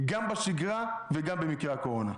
גם בשגרה וגם במקרה הקורונה.